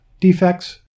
defects